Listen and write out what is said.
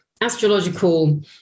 astrological